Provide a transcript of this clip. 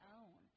own